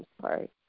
Sorry